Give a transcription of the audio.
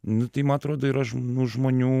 nu tai man atrodo yra žm nu žmonių